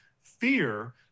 fear